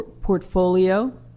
portfolio